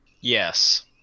Yes